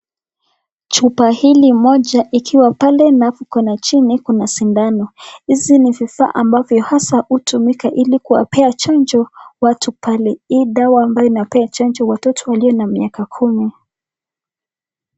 Chupa hili moja ikiwa pale na alafu kuna chini, kuna sindano. Hizi ni vifaa ambavyo hasa hutumika ili kuwapea chanjo watu pale. Hii dawa ambayo inapea chanjo watoto walio na miaka kumi.